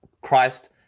Christ